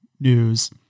news